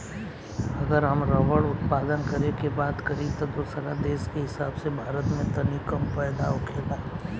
अगर हम रबड़ उत्पादन करे के बात करी त दोसरा देश के हिसाब से भारत में तनी कम पैदा होखेला